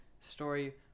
story